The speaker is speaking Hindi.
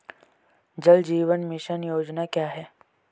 जल जीवन मिशन योजना क्या है?